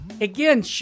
again